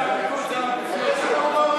מהומה,